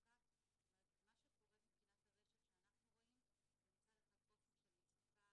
מה שקורה מבחינת הרשת שאנחנו רואים זה מצד אחד פוסטים של מצוקה